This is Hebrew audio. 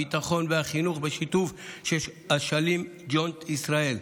משרד הביטחון ומשרד החינוך בשיתוף אשלים-ג'וינט ישראל.